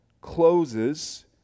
closes